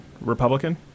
Republican